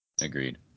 Agreed